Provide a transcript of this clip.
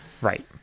right